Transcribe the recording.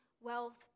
wealth